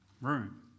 room